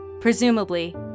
Presumably